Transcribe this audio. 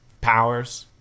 powers